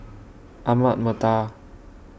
Ahmad Mattar